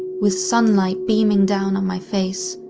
with sunlight beaming down on my face,